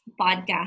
podcast